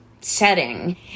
setting